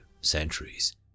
centuries